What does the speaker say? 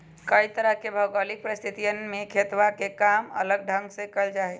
कई तरह के भौगोलिक परिस्थितियन में खेतवा के काम अलग ढंग से कइल जाहई